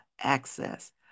access